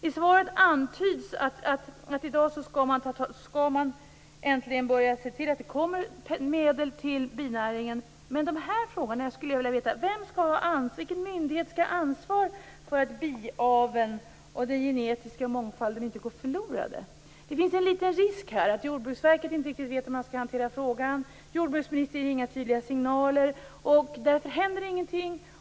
I svaret antyds att man äntligen skall börja se till att det tillförs pengar till binäringen. Men jag skulle vilja veta vilken myndighet som skall ha ansvar för att biaveln och den genetiska mångfalden inte går förlorade. Det finns en liten risk för att Jordbruksverket inte riktigt vet hur det skall hantera frågan. Jordbruksministern ger inga tydliga signaler, och därför händer det ingenting.